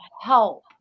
help